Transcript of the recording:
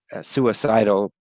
suicidal